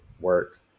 work